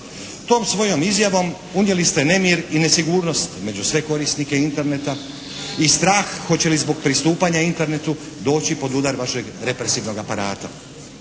Tom svojom izjavom unijeli ste nemir i nesigurnost među sve korisnike Interneta i strah hoće li zbog pristupanja Internetu doći pod udar vašeg represivnog aparata.